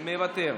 מוותר,